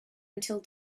until